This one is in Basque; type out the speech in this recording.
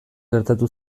gertatu